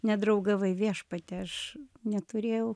nedraugavai viešpatie aš neturėjau